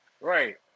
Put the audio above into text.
right